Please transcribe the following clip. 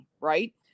right